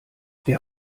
der